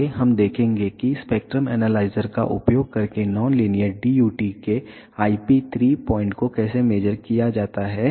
आगे हम देखेंगे कि स्पेक्ट्रम एनालाइजर का उपयोग करके नॉन लीनियर DUT के IP 3 पॉइंट को कैसे मेज़र किया जाता है